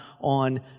on